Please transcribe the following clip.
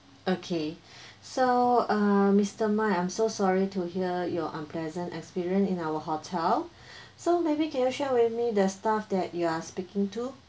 okay so uh miser mike I'm so sorry to hear your unpleasant experience in our hotel so maybe can you share with me the staff that you are speaking to